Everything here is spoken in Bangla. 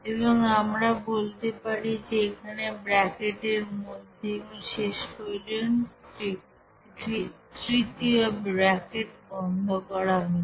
এবং আমরা বলতে পারি যে এখানে ব্র্যাকেট এর মধ্যে এবং শেষ পর্যন্ত তৃতীয় ব্র্যাকেট বন্ধ করা হলো